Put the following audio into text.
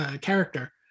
character